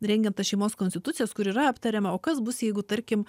rengiant tas šeimos konstitucijas kur yra aptariama o kas bus jeigu tarkim